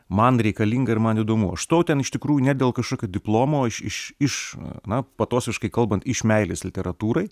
man reikalinga ir man įdomu aš stojau ten iš tikrųjų ne dėl kažkokio diplomo o iš iš iš na patosiškai kalbant iš meilės literatūrai